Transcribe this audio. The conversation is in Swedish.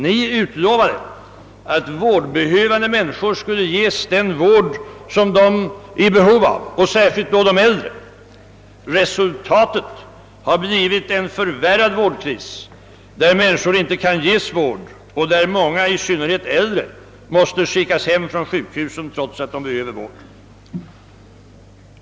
Ni utlovade att vårdbehövande människor skulle ges den vård som de är i behov av, särskilt då de äldre. Resultatet har blivit en förvärrad vårdkris, som leder till att människor inte kan ges vård och till att många, i synnerhet äldre, måste skickas hem från sjukhusen trots att de behöver vård.